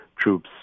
troops